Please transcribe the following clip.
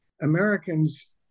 Americans